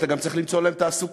אתה גם צריך למצוא להם תעסוקה,